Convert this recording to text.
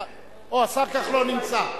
אוה, השר כחלון נמצא.